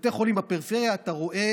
בבתי חולים בפריפריה אתה רואה